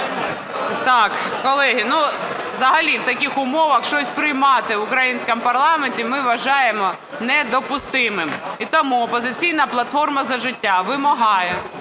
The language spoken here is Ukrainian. Колеги, взагалі в таких умовах щось приймати в українському парламенті, ми вважаємо, недопустимим. І тому "Опозиційна платформа – За життя" вимагає,